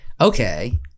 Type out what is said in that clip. Okay